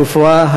הרפואה,